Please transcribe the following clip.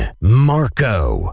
Marco